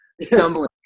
stumbling